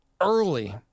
early